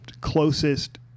closest